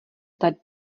tady